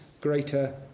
greater